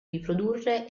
riprodurre